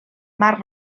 mar